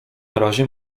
razie